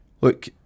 look